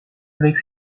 avec